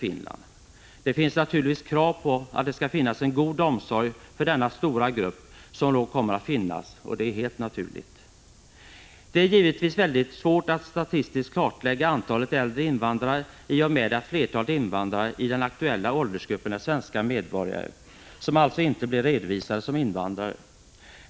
Finland. Att det reses krav på att det skall finnas en god omsorg för denna stora grupp som då kommer att finnas är helt naturligt. Det är givetvis väldigt svårt att statistiskt kartlägga antalet äldre invandrare, i och med att flertalet invandrare i den aktuella åldersgruppen är svenska medborgare och alltså inte blir redovisade som invandrare.